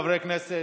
חברי הכנסת.